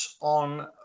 on